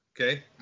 okay